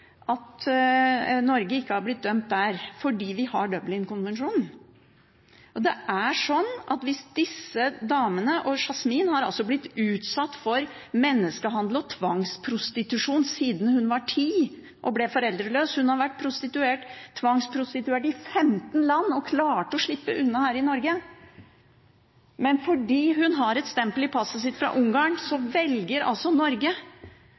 at Norge ikke har blitt dømt der, fordi vi har Dublin-konvensjonen. Yasmin har altså blitt utsatt for menneskehandel og tvangsprostitusjon siden hun var ti og ble foreldreløs, hun har vært tvangsprostituert i 15 land og klarte å slippe unna her i Norge. Men fordi hun har et stempel fra Ungarn i passet sitt, velger altså Norge